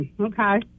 okay